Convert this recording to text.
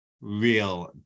real